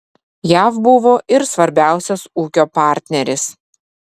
jav buvo ir svarbiausias ūkio partneris